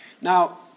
Now